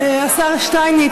השר שטייניץ ישיב.